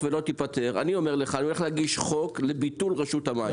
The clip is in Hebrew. ולא תיפתר אני אומר לך שאני הולך להגיש חוק לביטול רשות המים.